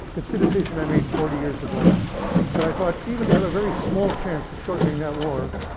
it's the decision i made forty years ago that i thought even to have a very small chance of shortening that war,